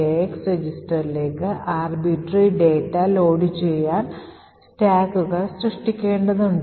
eax രജിസ്റ്ററിലേക്ക് arbitrary data ലോഡുചെയ്യാൻ സ്റ്റാക്കുകൾ സൃഷ്ടിക്കേണ്ടതുണ്ട്